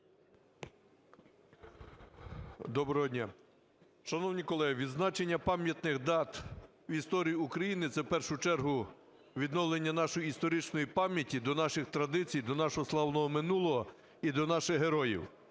Доброго дня! Шановні колеги, відзначення пам'ятних дат в історії України – це в першу чергу відновлення нашої історичної пам'яті до наших традицій, до нашого славного минулого і до наших героїв.